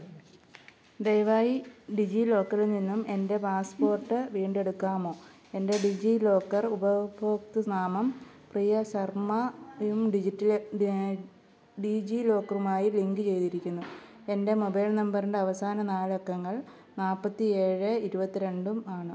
ദയവായി ഡിജി ലോക്കറിൽ നിന്നും എൻ്റെ പാസ്പോർട്ട് വീണ്ടെടുക്കാമോ എൻ്റെ ഡിജി ലോക്കർ ഉപഭോക്തൃനാമം പ്രിയ ശർമ്മയും ഡിജിറ്റ ഡിജി ലോക്കറുമായി ലിങ്ക് ചെയ്തിരിക്കുന്നു എൻ്റെ മൊബൈൽ നമ്പറിൻ്റെ അവസാന നാല് അക്കങ്ങൾ നാൽപ്പത്തി ഏഴ് ഇരുപത്തിരണ്ടും ആണ്